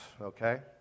Okay